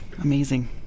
amazing